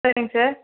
சரிங்க சார்